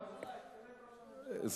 היא עדכנה את ראש הממשלה.